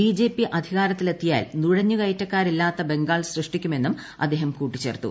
BJP അധികാരത്തിലെത്തിയാൽ നുഴഞ്ഞുകയറ്റക്കാരില്ലാത്ത ബംഗാൾ സൃഷ്ടിക്കുമെന്നും അദ്ദേഹം കൂട്ടിചേചർത്തു